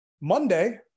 Monday